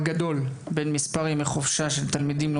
החופשה של התלמידים לעומת ימי החופשה של ההורים.